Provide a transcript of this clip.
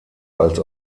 als